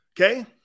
Okay